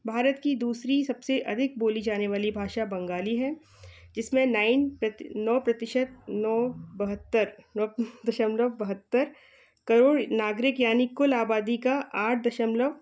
भारत की दूसरी सब से अधिक बोली जाने वाली भाषा बंगाली है जिस में नाइन प्रत नौ प्रतिशत नौ बहत्तर नौ दशमलव बहत्तर करोड़ नागरिक यानी कुल आबादी का आठ दशमलव